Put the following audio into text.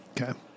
Okay